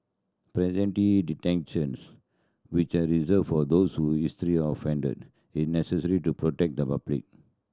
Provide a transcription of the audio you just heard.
preventive detentions which are reserved for those who with history of is necessary to protect the public